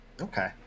Okay